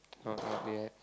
not not yet